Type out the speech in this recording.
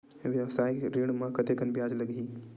व्यवसाय ऋण म कतेकन ब्याज लगही?